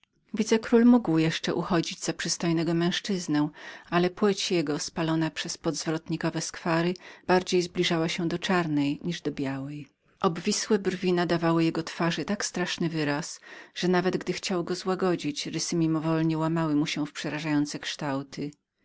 villaca wicekról mógł jeszcze uchodzić za przystojnego męzczyznę ale płeć jego spalona przez zwrotnikowe skwary bardziej zbliżała się do czarnej jak do białej obwisłe brwi nadawały jego twarzy tak straszny wyraz że nawet gdy chciał złagodzić go rysy mimowolnie łamały mu się w przerażające kształty